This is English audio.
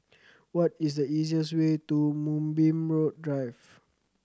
what is the easiest way to Moonbeam Drive